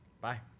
Bye